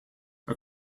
are